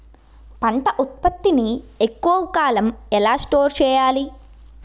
పంట ఉత్పత్తి ని ఎక్కువ కాలం ఎలా స్టోర్ చేయాలి?